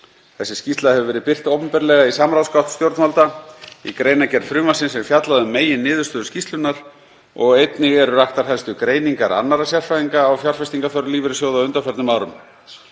Skýrslan hefur verið birt opinberlega í samráðsgátt stjórnvalda. Í greinargerð frumvarpsins er fjallað um meginniðurstöður skýrslunnar og einnig eru raktar helstu greiningar annarra sérfræðinga á fjárfestingarþörf lífeyrissjóða á undanförnum árum.